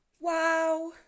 Wow